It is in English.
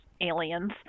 aliens